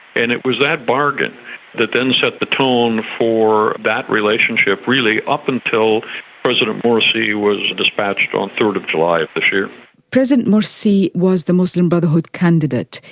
and it was that bargain that then set the tone for that relationship really up until president morsi was dispatched on three sort of july of this year. president morsi was the muslim brotherhood candidate.